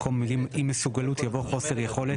במקום המילים 'אי מסוגלות' יבוא 'חוסר יכולת'.